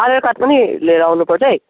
आधार card पनि लिएर आउनुपर्छ है